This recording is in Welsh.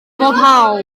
foddhaol